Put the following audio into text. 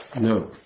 No